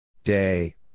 Day